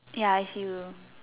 ya I see you